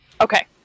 Okay